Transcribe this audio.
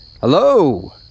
hello